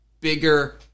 bigger